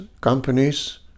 companies